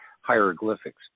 hieroglyphics